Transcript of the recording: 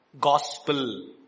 Gospel